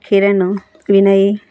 Kiran Vinay